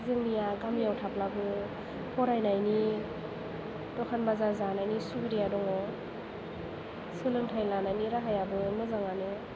जोंनिया गामियाव थाब्लाबो फरायनायनि दखान बाजार जानायनि सुबिदाया दङ सोलोंथाय लानायनि राहायाबो मोजाङानो